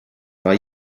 war